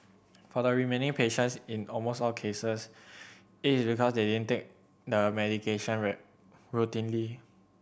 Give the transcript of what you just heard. for the remaining patients in almost all cases it is because they didn't take the medication routinely